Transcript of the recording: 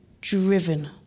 driven